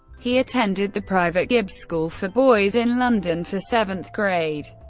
he attended the private gibbs school for boys in london for seventh grade.